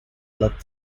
love